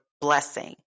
blessing